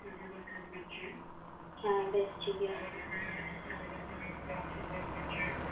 ᱦᱟᱸ ᱵᱮᱥ ᱴᱷᱤᱠᱜᱮᱭᱟ